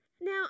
Now